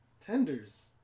Tenders